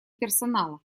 персонала